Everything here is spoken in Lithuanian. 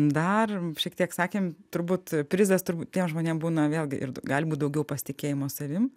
dar šiek tiek sakėm turbūt prizas turbūt tiem žmonės būna vėlgi ir gali būti daugiau pasitikėjimo savim